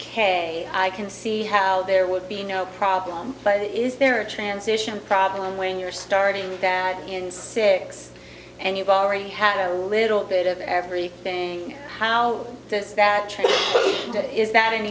k i can see how there would be no problem but is there a transition problem when you're starting in six and you've already had a little bit of everything how does that change it is that an